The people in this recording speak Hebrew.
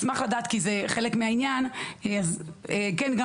אז אני אשמח לדעת,